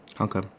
Okay